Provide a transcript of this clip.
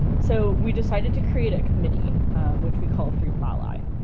so we decided to create a committee which we call three p l ah